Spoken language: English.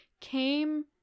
came